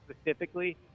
specifically